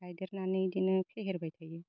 गायदेरनानै इदिनो फेहेरबाय थायो